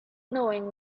knowing